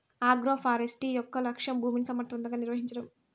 agroforestry యొక్క లక్ష్యం భూమిని సమర్ధవంతంగా నిర్వహించడం